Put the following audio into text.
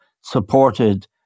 supported